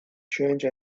change